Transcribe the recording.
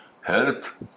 health